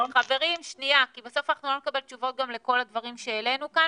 כי בסוף אנחנו לא נקבל תשובות גם לכל הדברים שהעלינו כאן